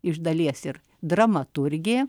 iš dalies ir dramaturgė